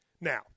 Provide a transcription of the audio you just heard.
Now